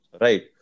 right